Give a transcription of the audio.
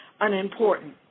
unimportant